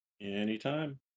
Anytime